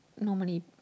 normally